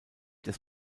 des